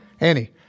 Annie